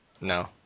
No